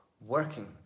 working